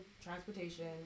transportation